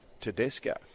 Tedesco